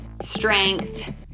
strength